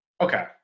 okay